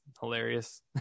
hilarious